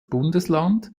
bundesland